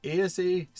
ASA